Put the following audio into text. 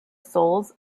souls